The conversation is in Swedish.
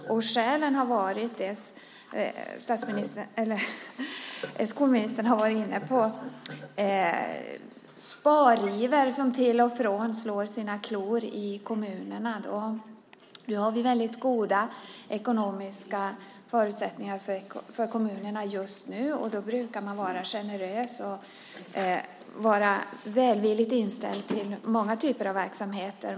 Skälen har, som skolministern var inne på, varit spariver som till och från slår sina klor i kommunerna. Kommunerna har just nu goda ekonomiska förutsättningar, och då brukar man vara generös och välvilligt inställd till många typer av verksamheter.